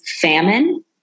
famine